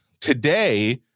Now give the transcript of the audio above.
today